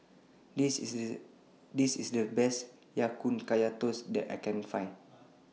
This IS The Best Ya Kun Kaya Toast that I Can Find